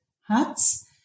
huts